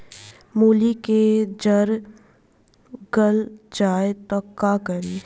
मूली के जर गल जाए त का करी?